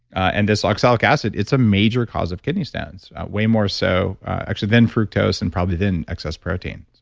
and this oxalic acid, it's a major cause of kidney stones way more so actually than fruit toast and probably than excess protein